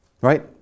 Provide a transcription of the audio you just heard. Right